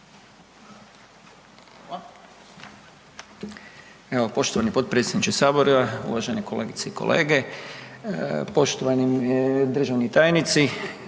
Evo poštovani potpredsjedniče sabora, uvažene kolegice i kolege, poštovani državni tajnici.